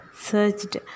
searched